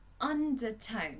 undertone